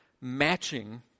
matching